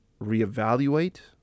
reevaluate